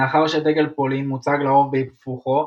מאחר שדגל פולין מוצג לרוב בהיפוכו,